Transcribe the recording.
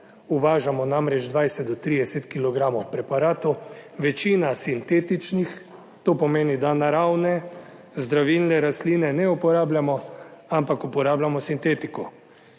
uvažamo namreč 20 do 30 kilogramov preparatov, večina sintetičnih, to pomeni, da naravne zdravilne rastline ne uporabljamo, ampak uporabljamo sintetiko,